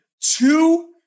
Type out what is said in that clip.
two